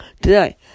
today